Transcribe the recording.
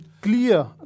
clear